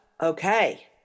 okay